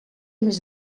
més